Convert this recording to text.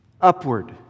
upward